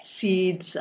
seeds